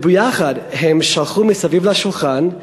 והם ישבו יחד מסביב לשולחן,